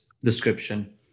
description